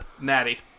Natty